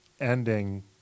ending